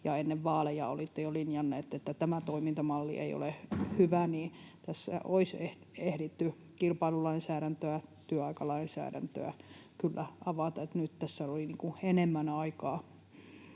ja ennen vaaleja olitte jo linjanneet, että tämä toimintamalli ei ole hyvä. Tässä olisi ehditty kilpailulainsäädäntöä ja työaikalainsäädäntöä kyllä avata, nyt tässä oli enemmän aikaa.